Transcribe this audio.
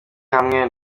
hamwe